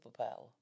superpower